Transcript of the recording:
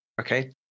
okay